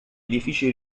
edifici